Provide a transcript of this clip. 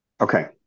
Okay